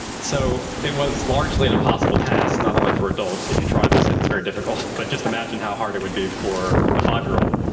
so it was largely an impossible task, not only for adults, if you try this it's it's very difficult, but just imagine how hard it would be for a five-year-old.